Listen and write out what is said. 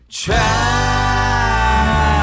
try